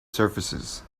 surfaces